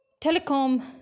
telecom